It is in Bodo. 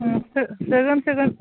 सोगोन सोगोन